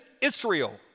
Israel